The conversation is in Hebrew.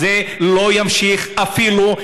וזה לא ימשיך אפילו,